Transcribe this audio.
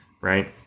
right